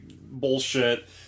bullshit